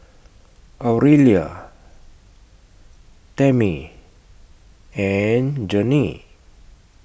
Aurelia Tammy and Gennie